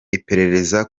iperereza